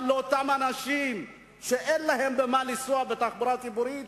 אבל לאותם אנשים שאין להם במה לנסוע בתחבורה הציבורית,